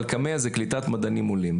אבל קמ"ע זה קליטת מדענים עולים.